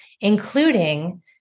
including